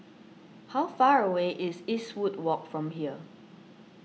how far away is Eastwood Walk from here